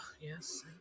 Yes